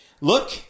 look